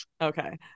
Okay